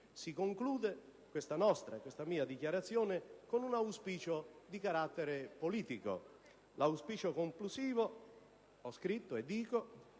Si conclude questa mia dichiarazione con un auspicio di carattere politico. L'auspicio conclusivo (ho scritto e dico)